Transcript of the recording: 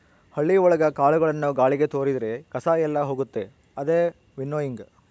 ಹಳ್ಳಿ ಒಳಗ ಕಾಳುಗಳನ್ನು ಗಾಳಿಗೆ ತೋರಿದ್ರೆ ಕಸ ಎಲ್ಲ ಹೋಗುತ್ತೆ ಅದೇ ವಿನ್ನೋಯಿಂಗ್